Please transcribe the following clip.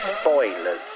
spoilers